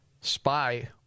spy